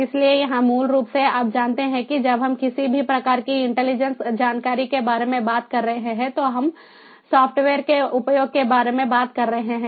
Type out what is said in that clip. इसलिए यहां मूल रूप से आप जानते हैं कि जब हम किसी भी प्रकार की इंटेलिजेंस जानकारी के बारे में बात कर रहे हैं तो हम सॉफ़्टवेयर के उपयोग के बारे में बात कर रहे हैं